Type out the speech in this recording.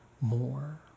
more